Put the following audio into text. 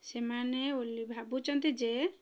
ସେମାନେ ଭାବୁଚନ୍ତି ଯେ